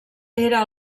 era